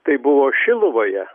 tai buvo šiluvoje